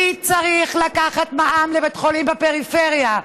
מי צריך לקחת מע"מ מבית חולים בפריפריה?